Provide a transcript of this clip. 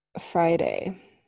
Friday